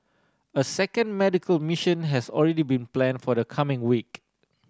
a second medical mission has already been planned for the coming week